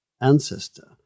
ancestor